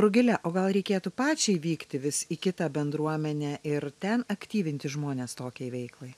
rugile o gal reikėtų pačiai vykti vis į kitą bendruomenę ir ten aktyvinti žmones tokiai veiklai